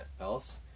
else